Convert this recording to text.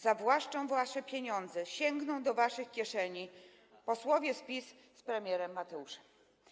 Zawłaszczą wasze pieniądze, sięgną do waszych kieszeni posłowie z PiS-u z premierem Mateuszem.